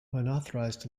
unauthorized